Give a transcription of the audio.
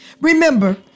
Remember